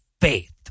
faith